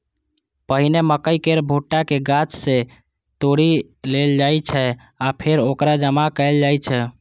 पहिने मकइ केर भुट्टा कें गाछ सं तोड़ि लेल जाइ छै आ फेर ओकरा जमा कैल जाइ छै